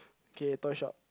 okay toy shop